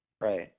Right